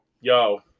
Yo